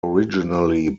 originally